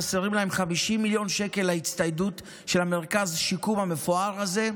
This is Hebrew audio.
חסרים להם 50 מיליון שקל להצטיידות של מרכז השיקום המפואר הזה,